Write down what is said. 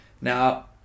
Now